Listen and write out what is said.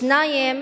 שניים